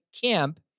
camp